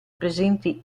presenti